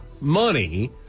money